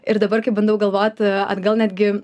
ir dabar kai bandau galvot atgal netgi